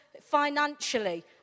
financially